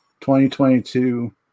2022